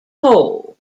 hole